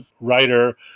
writer